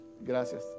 Gracias